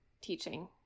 teaching